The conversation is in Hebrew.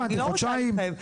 אני לא רוצה להתחייב.